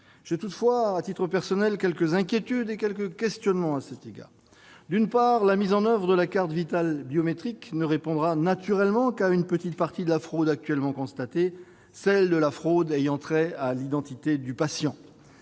m'inspire, à titre personnel, quelques inquiétudes et quelques questionnements. D'une part, la mise en oeuvre de la carte Vitale biométrique ne répondra naturellement qu'à une petite partie de la fraude actuellement constatée : la fraude ayant trait à l'identité du patient.